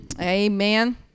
Amen